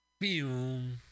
Boom